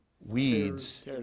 weeds